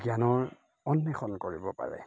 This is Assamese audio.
জ্ঞানৰ অন্বেষণ কৰিব পাৰে